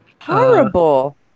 horrible